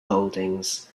holdings